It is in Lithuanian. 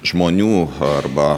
žmonių arba